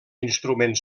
instrument